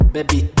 Baby